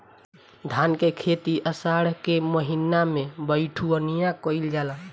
धान के खेती आषाढ़ के महीना में बइठुअनी कइल जाला?